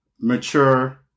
Mature